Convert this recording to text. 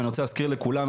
אני רוצה להזכיר לכולם,